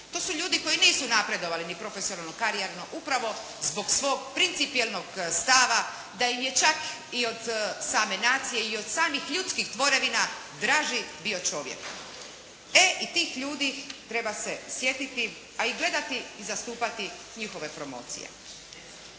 To su ljudi koji nisu napredovali ni profesionalno ni karijerno upravo zbog svog principijelnog stava da im je čak i od same nacije i od samih ljudskih tvorevina draži bio čovjek. E, i tih ljudi treba se sjetiti a i gledati i zastupati njihove promocije.